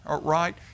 right